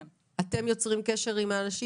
האם אתם מקבלים רשימה ויוצרים קשר עם האנשים